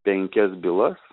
penkias bylas